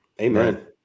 Amen